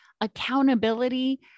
accountability